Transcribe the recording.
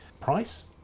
Price